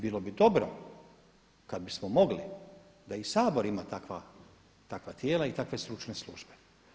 Bilo bi dobro kad bismo mogli da i Sabor ima takva tijela i takve stručne službe.